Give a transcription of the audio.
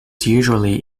usually